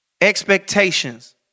expectations